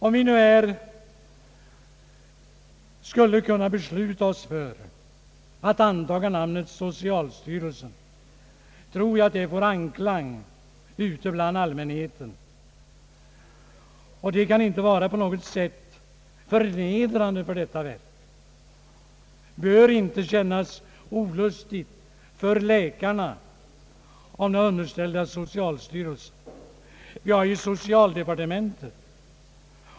Om vi nu skulle kunna besluta oss för att antaga namnet socialstyrelsen, tror jag att det beslutet får anklang ute bland allmänheten. Det namnet kan inte vara på något sätt förnedrande för verket. Det bör inte kännas olustigt för läkarna, om de är underställda socialstyrelsen. Vi har ju socialdepartementet.